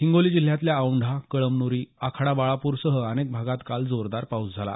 हिंगोली जिल्ह्यातल्या औंढा कळमुरी आखाडा बाळापूरसह अनेक भागात काल जोरदार पाऊस झाला